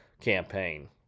campaign